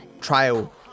trial